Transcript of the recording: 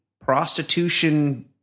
prostitution